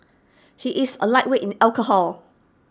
he is A lightweight in alcohol